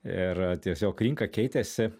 ir tiesiog rinka keitėsi